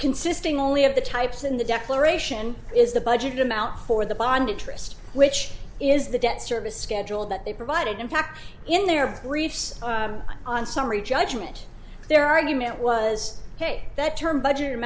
consisting only of the types in the declaration is the budgeted amount for the bond interest which is the debt service schedule that they provided in fact in their briefs on summary judgment their argument was hey that term budget